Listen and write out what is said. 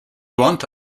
want